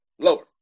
Lower